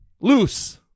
loose